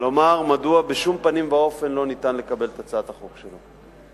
לומר מדוע בשום פנים ואופן לא ניתן לקבל את הצעת החוק שלו.